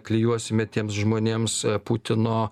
klijuosime tiems žmonėms putino